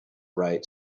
right